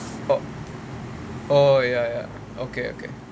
oh ya ya okay okay